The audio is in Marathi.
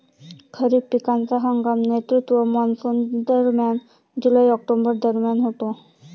खरीप पिकांचा हंगाम नैऋत्य मॉन्सूनदरम्यान जुलै ऑक्टोबर दरम्यान होतो